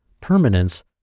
permanence